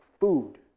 food